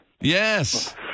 Yes